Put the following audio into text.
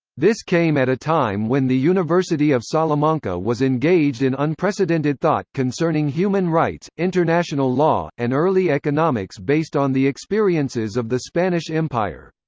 this came at a time when the university of salamanca was engaged in unprecedented thought concerning human rights, international law, and early economics based on the experiences of the spanish empire.